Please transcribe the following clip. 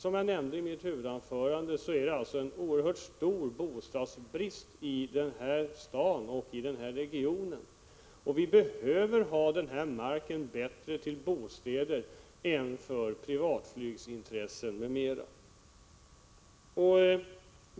Som jag nämnde i mitt huvudanförande är det en oerhört stor bostadsbrist i hela Helsingforssregionen, och vi behöver marken bättre till bostäder än till privatflygsintressen m.m.